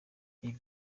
ibi